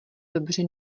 dobře